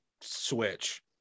switch